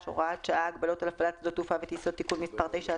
(הוראת שעה)(הגבלות על הפעלת שדות תעופה וטיסות)(תיקון מס' 9),